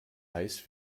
heißt